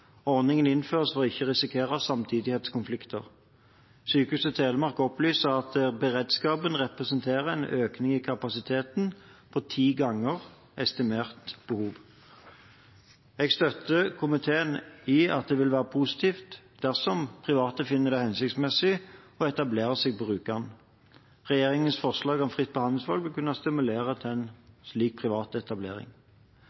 Ordningen innføres for ikke å risikere samtidighetskonflikter. Sykehuset Telemark opplyser at beredskapen representerer en økning i kapasiteten på ti ganger estimert behov. Jeg støtter komiteen i at det vil være positivt dersom private finner det hensiktsmessig å etablere seg på Rjukan. Regjeringens forslag om fritt behandlingsvalg vil kunne stimulere til en slik privat etablering.